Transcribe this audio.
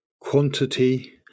quantity